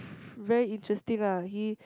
very interesting ah he